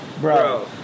Bro